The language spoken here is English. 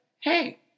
hey